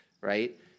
Right